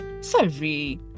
sorry